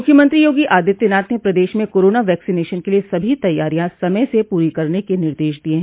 मुख्यमंत्री योगी आदित्यनाथ ने प्रदेश में कोरोना वैक्सीनेशन के लिए सभी तैयारियां समय से पूरी करने के निर्देश दिये हैं